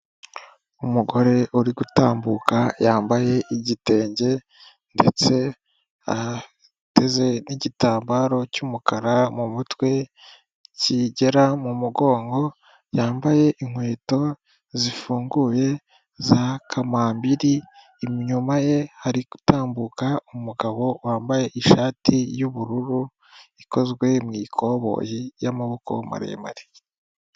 Umugore uri gutambuka yambaye igitenge ndetse ateze n'igitambaro cy'umukara mu mutwe kigera mu mugongo, yambaye inkweto zifunguye za kamambiri, inyuma ye hari gutambuka umugabo wambaye ishati y'ubururu ikozwe mu ikoboyi yamaboko maremare.